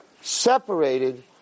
separated